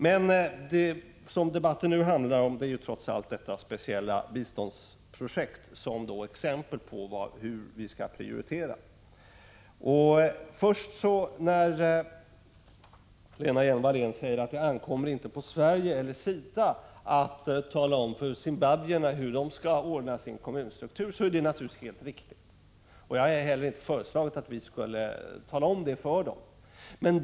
Men vad debatten nu handlar om är trots allt detta speciella biståndsprojekt som exempel på hur vi skall prioritera. När Lena Hjelm-Wallén säger att det inte ankommer på Sverige eller SIDA att tala om för zimbabwierna hur de skall ordna sin kommunstruktur, är det naturligtvis helt riktigt. Jag har heller inte föreslagit att vi skulle tala om det för dem.